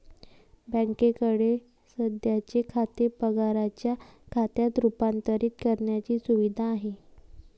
बँकेकडे सध्याचे खाते पगाराच्या खात्यात रूपांतरित करण्याची सुविधा आहे